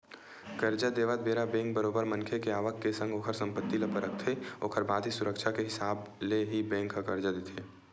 करजा देवत बेरा बेंक बरोबर मनखे के आवक के संग ओखर संपत्ति ल परखथे ओखर बाद ही सुरक्छा के हिसाब ले ही बेंक ह करजा देथे